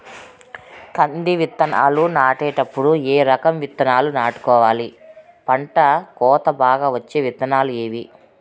కంది విత్తనాలు నాటేటప్పుడు ఏ రకం విత్తనాలు నాటుకోవాలి, పంట కోత బాగా వచ్చే విత్తనాలు ఏవీ?